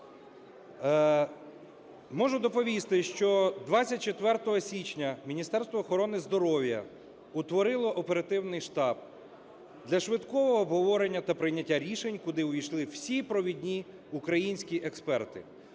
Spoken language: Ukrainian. Можу доповісти, що 24 січня Міністерство охорони здоров'я утворило оперативний штаб для швидкого обговорення та прийняття рішень, куди увійшли всі провідні українські експерти.